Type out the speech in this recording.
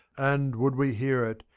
and, would we hear it,